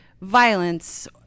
violence